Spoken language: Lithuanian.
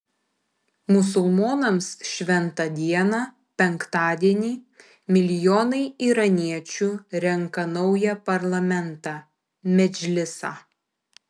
musulmonams šventą dieną penktadienį milijonai iraniečių renka naują parlamentą medžlisą